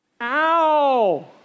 ow